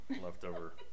leftover